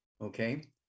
okay